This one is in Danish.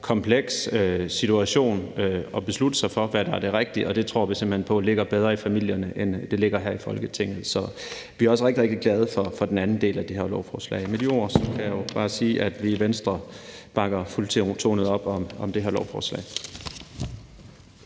komplekst at beslutte sig for, hvad der er det rigtige, og vi tror simpelt hen på, at det ligger bedre i familierne, end det ligger her i Folketinget. Så vi er også rigtig, rigtig glade for den anden del af det her lovforslag. Med de ord kan jeg jo bare sige, at vi i Venstre bakker fuldtonet op om det her lovforslag.